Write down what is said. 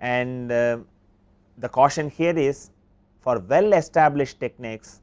and the the caution here is for well established techniques